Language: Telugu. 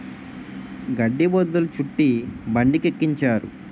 గడ్డి బొద్ధులు చుట్టి బండికెక్కించారు